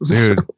Dude